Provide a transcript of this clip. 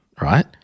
right